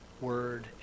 word